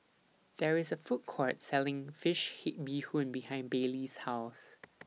There IS A Food Court Selling Fish Head Bee Hoon behind Baylee's House